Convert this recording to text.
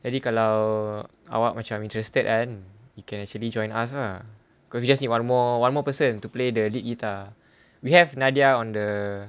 jadi kalau awak macam interested kan you can actually join us lah because we just need one more one more person to play the lead guitar we have nadia on the